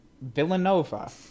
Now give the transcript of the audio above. Villanova